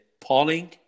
polling